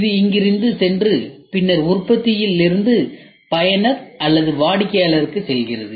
இது இங்கிருந்து சென்று பின்னர் உற்பத்தியில் இருந்து பயனர் அல்லது வாடிக்கையாளருக்கு செல்கிறது